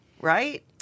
right